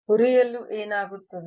ಹುರಿಯಲು ಏನಾಗುತ್ತದೆ